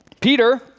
Peter